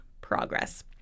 progress